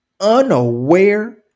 unaware